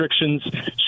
restrictions